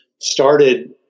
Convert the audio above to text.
started